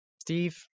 Steve